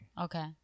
Okay